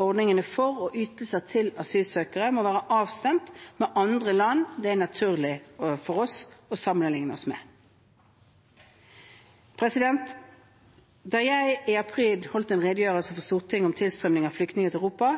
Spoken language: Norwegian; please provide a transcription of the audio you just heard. Ordningene for og ytelsene til asylsøkerne må være avstemt med andre land det er naturlig for oss å sammenligne oss med. Da jeg i april i år holdt en redegjørelse for Stortinget om tilstrømningen av flyktninger til Europa,